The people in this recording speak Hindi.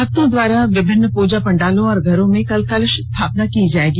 भक्तों के द्वारा विभिन्न पूजा पंडालो और घरों में कल कलश स्थापना की जाएगी